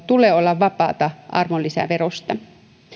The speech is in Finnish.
tulee olla vapaata arvonlisäverosta